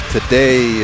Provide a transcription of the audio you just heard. Today